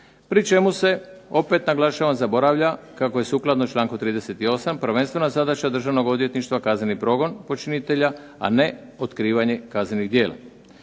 pri čemu se opet naglašavam zaboravlja kako je sukladno članku 38. prvenstvena zadaća Državnog odvjetništva kazneni progon počinitelja, a ne otkrivanje kaznenih djela.